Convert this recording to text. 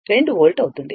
2 volt అవుతుంది